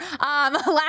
Last